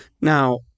Now